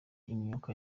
imyuka